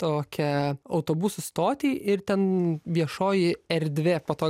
tokią autobusų stotį ir ten viešoji erdvė po to